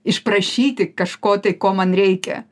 išprašyti kažko tai ko man reikia